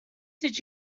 did